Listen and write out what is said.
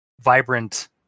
vibrant